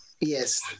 Yes